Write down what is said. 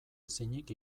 ezinik